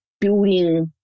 building